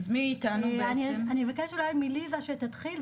אני אבקש מליזה שתתחיל,